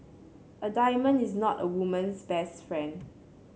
a diamond is not a woman's best friend